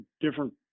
different